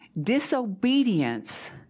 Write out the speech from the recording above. disobedience